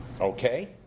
Okay